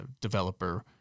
developer